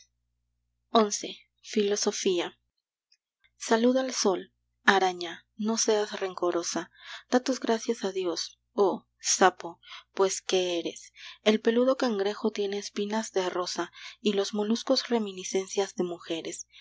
xi filosofía saluda al sol araña no seas rencorosa da tus gracias a dios oh sapo pues que eres el peludo cangrejo tiene espinas de rosa y los moluscos reminiscencias de mujeres